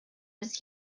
his